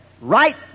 Right